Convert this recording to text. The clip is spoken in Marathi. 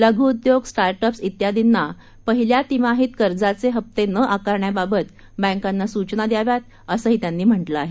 लघ्उद्योग स्टार्टअप्स इत्यादींना पहिल्या तिमाहीत कर्जाचे हफ्ते न आाकारण्याबाबत बँकांना सूचना दयाव्यात असंही त्यांनी म्हटलं आहे